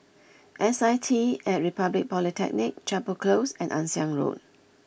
S I T at Republic Polytechnic Chapel Close and Ann Siang Road